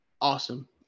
awesome